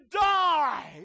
die